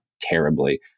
terribly